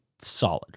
solid